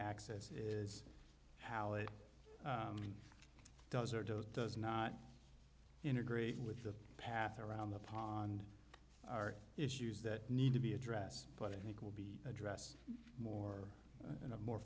access is how it does or does does not integrate with the path around the pond are issues that need to be addressed but i think will be addressed more in a more